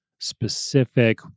Specific